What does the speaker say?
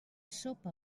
sopa